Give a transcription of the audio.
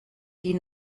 die